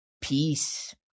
peace